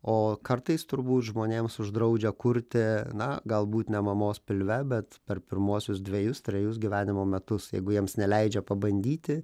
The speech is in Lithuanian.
o kartais turbūt žmonėms uždraudžia kurti na galbūt ne mamos pilve bet per pirmuosius dvejus trejus gyvenimo metus jeigu jiems neleidžia pabandyti